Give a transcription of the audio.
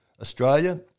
Australia